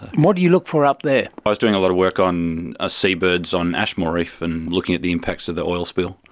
what you look for up there? i was doing a lot of work on ah seabirds on ashmore reef and looking at the impacts of the oil spill.